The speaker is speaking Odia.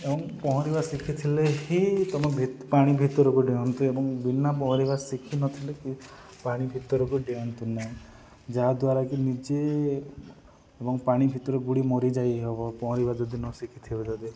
ଏବଂ ପହଁରିବା ଶିଖିଥିଲେ ହିଁ ତମେ ପାଣି ଭିତରକୁ ଡିଅନ୍ତୁ ଏବଂ ବିନା ପହଁରିବା ଶିଖିନଥିଲେ କି ପାଣି ଭିତରକୁ ଡିଅନ୍ତୁ ନାହିଁ ଯାହାଦ୍ୱାରା କି ନିଜେ ଏବଂ ପାଣି ଭିତରୁ ବୁଡ଼ି ମରିଯାଇ ହବ ପହଁରିବା ଯଦି ନ ଶିଖିଥିବ ଯଦି